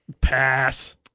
Pass